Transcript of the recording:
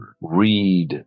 Read